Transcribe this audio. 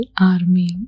army